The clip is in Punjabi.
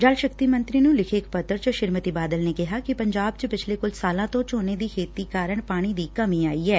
ਜਲ ਸ਼ਕਤੀ ਮੰਤਰੀ ਨੂੰ ਲਿਖੇ ਇਕ ਪੱਤਰ ਚ ਸ੍ਰੀਮਤੀ ਬਾਦਲ ਨੇ ਕਿਹਾ ਕਿ ਪੰਜਾਬ ਚ ਪਿਛਲੇ ਕੁਝ ਸਾਲਾ ਤੋ ਝੋਨੇ ਦੀ ਖੇਤੀ ਕਾਰਨ ਪਾਣੀ ਦੀ ਕਮੀ ਆਈ ਐ